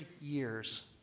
years